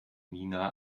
nina